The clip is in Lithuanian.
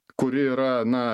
kuri yra na